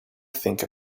think